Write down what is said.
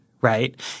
right